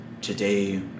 Today